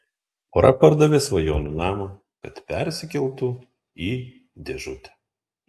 pora pardavė svajonių namą kad persikeltų į dėžutę